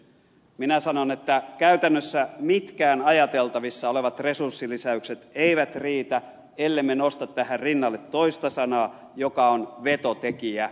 minä sanon että käytännössä mitkään ajateltavissa olevat resurssilisäykset eivät riitä ellemme nosta tähän rinnalle toista sanaa joka on vetotekijä